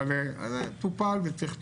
אבל טופל וצריך לטפל.